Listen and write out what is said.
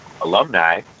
alumni